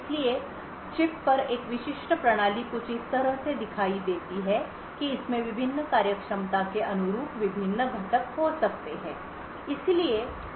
इसलिए चिप पर एक विशिष्ट प्रणाली कुछ इस तरह दिखाई देती है कि इसमें विभिन्न कार्यक्षमता के अनुरूप विभिन्न घटक हो सकते हैं